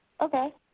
Okay